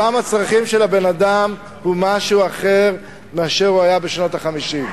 הצרכים של האדם הוא אחר ממה שהיה בשנות ה-50.